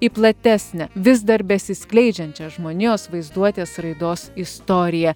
į platesnę vis dar besiskleidžiančią žmonijos vaizduotės raidos istoriją